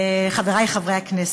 חברי חברי הכנסת,